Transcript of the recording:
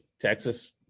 Texas